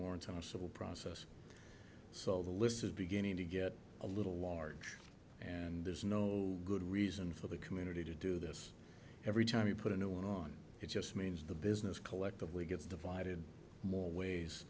a civil process so the list is beginning to get a little large and there's no good reason for the community to do this every time you put a new one on it just means the business collectively gets divided more